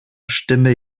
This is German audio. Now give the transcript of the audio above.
stimme